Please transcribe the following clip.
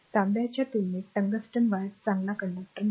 तांबेच्या तुलनेत tungsten wire चांगला conductor नाही